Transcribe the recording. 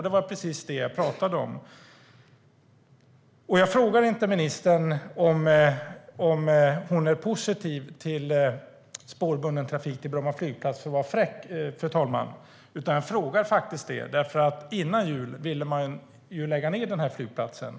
Det var precis det jag pratade om. Jag frågar inte ministern om hon är positiv till spårbunden trafik till Bromma flygplats för att vara fräck, fru talman, utan jag frågar det för att man före jul ville lägga ned den här flygplatsen.